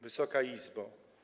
Wysoka Izbo!